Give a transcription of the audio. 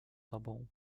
tobą